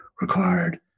required